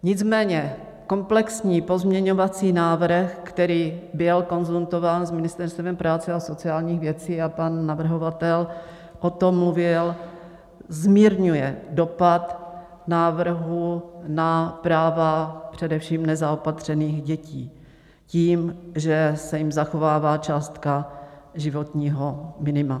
Nicméně komplexní pozměňovací návrh, který byl konzultován s Ministerstvem práce a sociálních věcí, a pan navrhovatel o tom mluvil, zmírňuje dopad návrhu na práva především nezaopatřených dětí tím, že se jim zachovává částka životního minima.